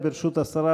ברשות השרה,